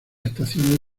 estaciones